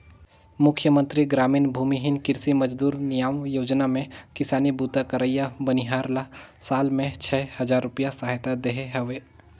मुख्यमंतरी गरामीन भूमिहीन कृषि मजदूर नियाव योजना में किसानी बूता करइया बनिहार ल साल में छै हजार रूपिया सहायता देहे हवे